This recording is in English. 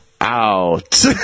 out